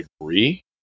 agree